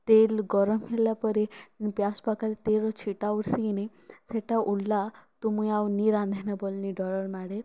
ତେଲ୍ ଗରମ ହେଲାପରେ ମୁଁ ପିଆଜ ପକାଲେ ତେଲ୍ରୁ ଛିଟା ଉଠ୍ସିନି ସେଟା ଉଡ଼୍ଲା ତ ମୁଇଁ ଆଉ ନି ରାନ୍ଧେନା ବୋଲ୍ନି ଡରର୍ ମାନେ